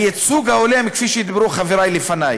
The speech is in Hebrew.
הייצוג ההולם, כפי שאמרו חברי לפני,